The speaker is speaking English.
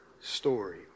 story